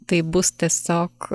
tai bus tiesiog